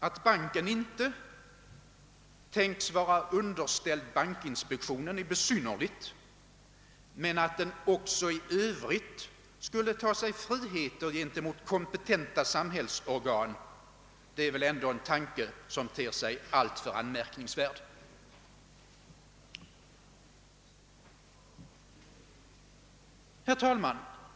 Att banken inte tänkts vara underställd bankinspektionen är besynnerligt, men att den också 1 Övrigt skulle ta sig friheter gentemot kompetenta samhällsorgan är väl ändå en tanke som ter sig alltför anmärkningsvärd. Herr talman!